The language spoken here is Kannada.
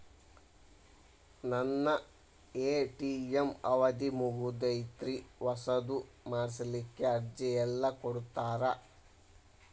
ನನ್ನ ಎ.ಟಿ.ಎಂ ಅವಧಿ ಮುಗದೈತ್ರಿ ಹೊಸದು ಮಾಡಸಲಿಕ್ಕೆ ಅರ್ಜಿ ಎಲ್ಲ ಕೊಡತಾರ?